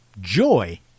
Joy